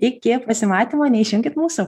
iki pasimatymo neišjunkit mūsų